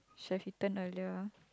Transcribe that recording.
should've eaten earlier ah